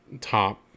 top